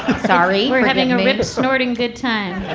sorry, we're having a rip snorting good time